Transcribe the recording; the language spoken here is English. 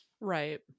Right